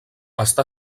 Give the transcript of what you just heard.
està